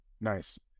Nice